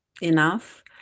enough